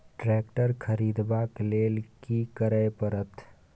Tractor खरीदबाक लेल की करय परत?